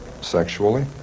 sexually